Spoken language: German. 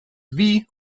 wie